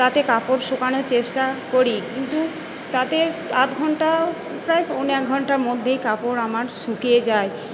তাতে কাপড় শুকানোর চেষ্টা করি কিন্তু তাতে আধ ঘন্টা প্রায় পৌনে এক ঘন্টার মধ্যেই কাপড় আমার শুকিয়ে যায়